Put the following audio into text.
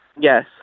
yes